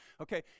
Okay